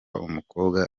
umukobwa